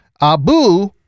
Abu